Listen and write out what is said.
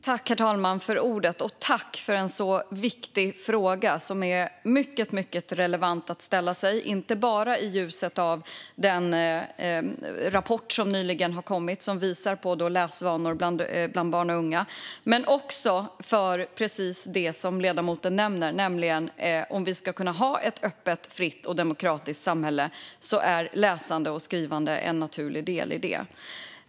Herr talman! Tack, ledamoten, för en viktig fråga! Den är mycket relevant att ställa sig, inte bara i ljuset av den rapport som nyligen kom och som visar på läsvanorna bland barn och unga utan också för precis det som ledamoten nämner, nämligen att om vi ska kunna ha ett öppet, fritt och demokratiskt samhälle är läsande och skrivande en naturlig del.